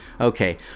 Okay